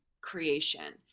creation